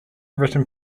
written